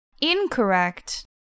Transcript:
Incorrect